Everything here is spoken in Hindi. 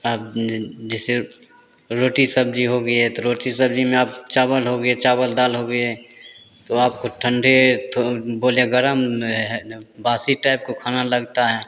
अब जैसे रोटी सब्जी हो गया तो रोटी सब्जी में आप चावल हो गया चावल दाल हो गए तो आपको ठंडे तो बोले गरम है बासी टाइप का खाना लगता है